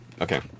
Okay